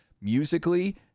musically